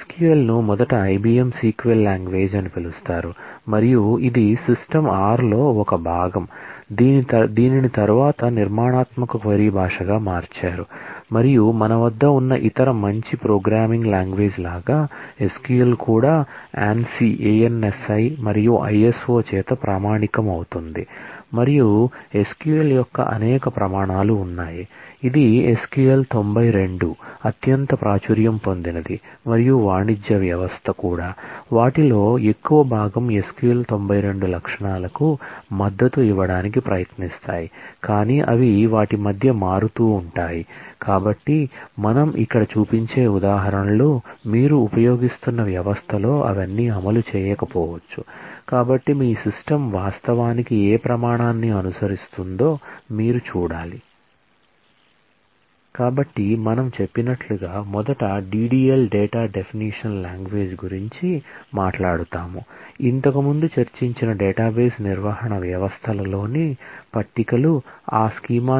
SQL ను మొదట IBM sequel language